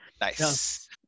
nice